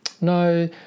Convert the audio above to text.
No